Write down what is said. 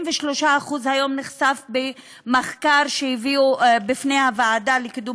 היום נחשף במחקר שהביאו בפני הוועדה לקידום